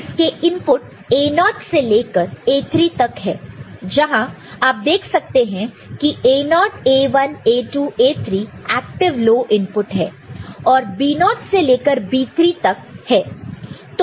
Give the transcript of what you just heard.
इसके input A0 से लेकर A3 तक है जहां आप देख सकते हैं कि A0 A1 A2 A3 active low input है और B0 से लेकर B3 तक है